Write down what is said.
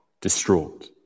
distraught